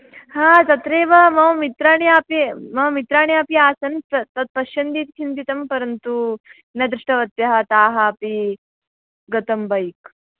हा तत्रैव मम मित्राणि अपि मम मित्राणि अपि आसन् तत् पश्यन्तीति चिन्तितं परन्तु न दृष्टवत्यः ताः अपि गतम् बैक्